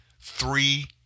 three